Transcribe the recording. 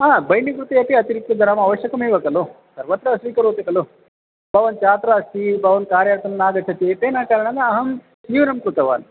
हा बैण्डिङ्ग् कृते अपि अतिरिक्तं धनम् आश्यकमेव खलु सर्वत्र स्वीकरोति खलु भवान् छात्रः अस्ति भवान् कार्यार्थं नागच्छति एतेन कारणेन अहं न्यूनं कृतवान्